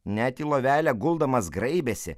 net į lovelę guldamas graibėsi